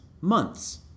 Months